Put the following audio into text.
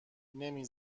نمی